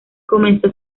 comenzó